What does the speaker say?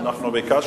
בבקשה.